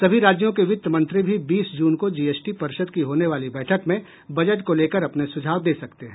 सभी राज्यों के वित्त मंत्री भी बीस जून को जीएसटी परिषद की होने वाली बैठक में बजट को लेकर अपने सुझाव दे सकते हैं